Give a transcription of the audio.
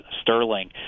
sterling